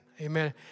Amen